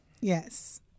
yes